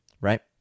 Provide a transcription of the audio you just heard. Right